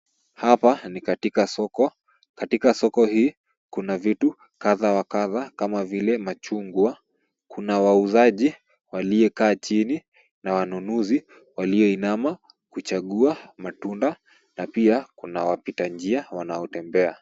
Hapa ni katika soko. Katika soko hii kuna vitu kadhaa wa kadhaa kama vile machungwa. Kuna wauzaji waliokaa chini na wanunuzi walioinama kuchagua matunda na pia kuna wapita njia wanaotembea.